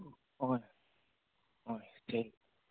ꯍꯣꯏ ꯍꯣꯏ